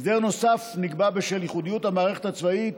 הסדר נוסף שנקבע בשל ייחודיות המערכת הצבאית